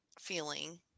feeling